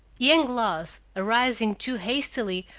young laws, arising too hastily,